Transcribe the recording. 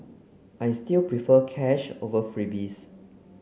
I still prefer cash over freebies